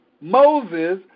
Moses